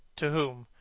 to whom?